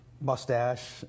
Mustache